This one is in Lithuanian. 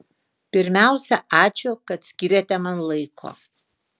pirmiausia ačiū kad skyrėte man laiko